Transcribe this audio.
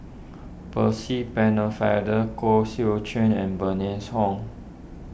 Percy Pennefather Koh Seow Chuan and Bernice Ong